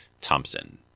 Thompson